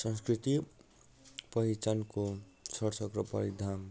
संस्कृति पहिचानको सर्सग र परिधाम